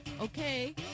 Okay